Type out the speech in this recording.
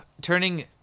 turning